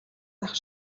байх